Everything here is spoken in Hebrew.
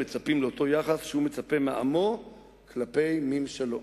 מצפים לאותו יחס שהוא מצפה מעמו כלפי ממשלו.